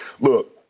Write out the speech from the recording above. Look